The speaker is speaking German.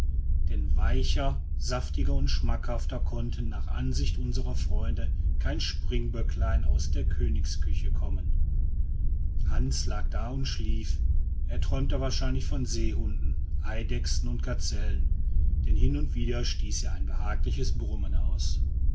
denn weicher saftiger und schmackhafter konnte nach ansicht unserer freunde kein spießböcklein aus der königsküche kommen hans lag da und schlief er träumte wahrscheinlich von seehunden eidechsen und gazellen denn hin und wieder stieß er ein behagliches brummen aus